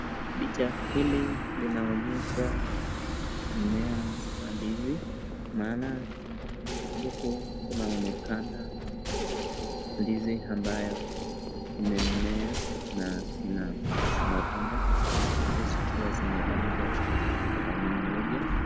Picha hili linaonyesha mmea za ndizi, maana huku kunaonekana ndizi ambayo imemea na zina matunda, huku zikiwa zimepanga mwa laini moja.